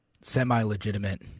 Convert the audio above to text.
semi-legitimate